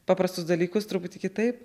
paprastus dalykus truputį kitaip